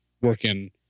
working